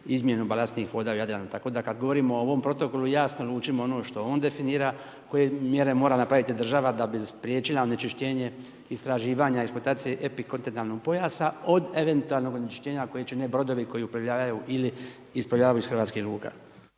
izmjenu balastnih voda u Jadranu. Tako da kad govorimo o ovom protokolu jasno lučimo ono što on definira, koje mjere mora napraviti država da bi spriječila onečišćenje, istraživanja, eksploatacije epikontinentalnog pojasa od eventualnog onečišćenja koje će brodovi koji uplovljavaju ili isplovljavaju iz hrvatskih luka.